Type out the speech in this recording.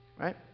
Right